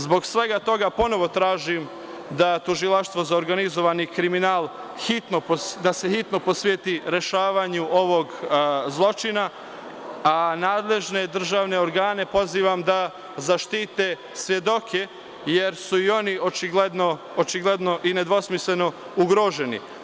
Zbog svega toga ponovo tražim da se Tužilaštvo za organizovani kriminal hitno posveti rešavanju ovog zločina, a nadležne državne organe pozivam da zaštite svedoke, jer su i oni očigledno i nedvosmisleno ugroženi.